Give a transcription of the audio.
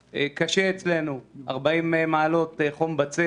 אני מקנא בחברים שלי במועצות האזוריות שיש להם את כל האוטובוסים.